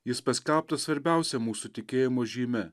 jis paskelbtas svarbiausia mūsų tikėjimo žyme